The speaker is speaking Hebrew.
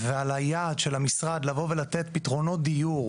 ועל היעד של המשרד לבוא ולתת פתרונות דיור,